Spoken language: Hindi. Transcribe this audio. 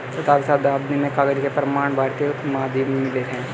सातवीं शताब्दी में कागज के प्रमाण भारतीय उपमहाद्वीप में मिले हैं